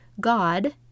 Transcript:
god